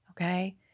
Okay